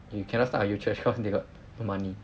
you cannot start a youth church cause they got no money